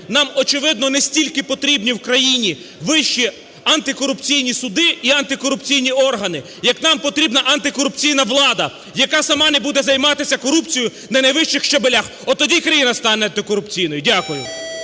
Нам, очевидно, не стільки потрібні в країні вищі антикорупційні суди і антикорупційні органи, як нам потрібна антикорупційна влада, яка сама не буде займатися корупцією на найвищих щаблях. От тоді країна стане антикорупційною. Дякую.